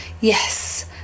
Yes